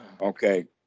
Okay